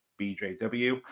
BJW